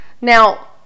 Now